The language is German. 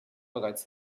bereits